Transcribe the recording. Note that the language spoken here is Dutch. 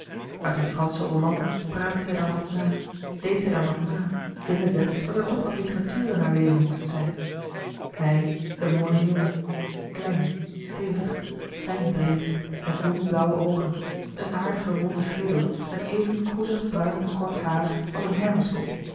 uit een franschen roman praatte zij dan wat na deed zij dan wat na vindende dat er toch wat litteratuur in haar leven moest zijn hij een mooie jongen klein stevig fijn breed met jong blauwe oogen een aardigen ronden schedel met even kroezig bruin kort haar als een